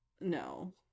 No